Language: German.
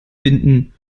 binden